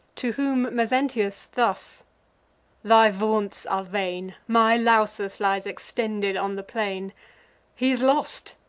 to whom mezentius thus thy vaunts are vain. my lausus lies extended on the plain he's lost!